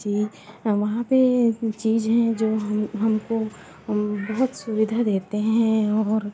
ची वहाँ पे चीज हैं जो हम हमको बहुत सुविधा देते हैं और